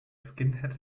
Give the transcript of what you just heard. skinhead